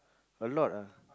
a lot ah